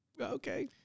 okay